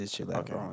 Okay